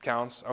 Counts